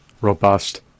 robust